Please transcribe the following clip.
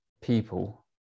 people